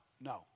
no